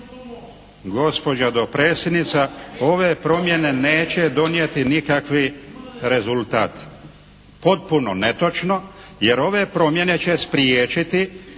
Gospođa dopredsjednica, ove promjene neće donijeti nikakvi rezultat. Potpuno netočno, jer ove promjene će spriječiti